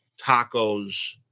Tacos